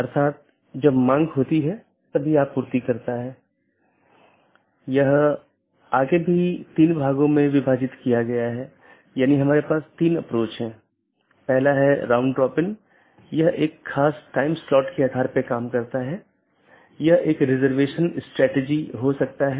अब अगर हम BGP ट्रैफ़िक को देखते हैं तो आमतौर पर दो प्रकार के ट्रैफ़िक होते हैं एक है स्थानीय ट्रैफ़िक जोकि एक AS के भीतर ही होता है मतलब AS के भीतर ही शुरू होता है और भीतर ही समाप्त होता है